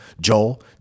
Joel